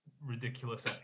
ridiculous